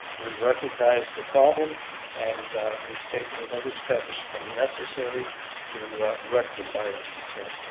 we recognize the problem and we take whatever steps are necessary to rectify it. so